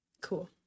cool